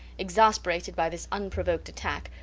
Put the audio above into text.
exasperated by this unprovoked attack,